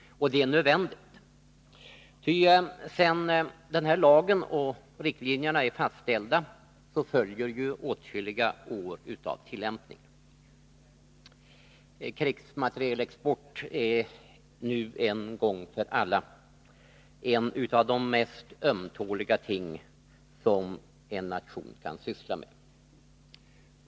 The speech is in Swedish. Och det är nödvändigt, ty sedan den här lagen och riktlinjerna är fastställda följer ju åtskilliga år av tillämpning. Krigsmaterielexport är nu en gång för alla ett av de mest ömtåliga ting som en nation kan syssla med.